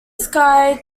sky